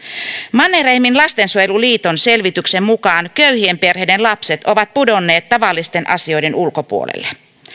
mannerheimin lastensuojeluliiton selvityksen mukaan köyhien perheiden lapset ovat pudonneet tavallisten asioiden ulkopuolelle